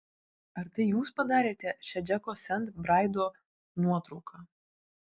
ar tai jūs padarėte šią džeko sent braido nuotrauką